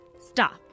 Stop